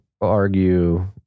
argue